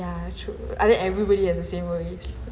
ya true I think everybody has the same worries